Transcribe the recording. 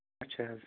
اچھا حظ